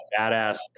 badass